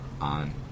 on